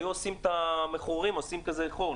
היו מחוררים, עושים חור.